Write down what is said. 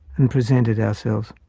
and presented ourselves.